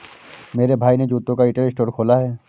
मेरे भाई ने जूतों का रिटेल स्टोर खोला है